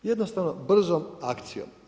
Jednostavno brzom akcijom.